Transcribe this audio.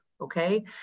Okay